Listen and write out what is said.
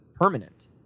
permanent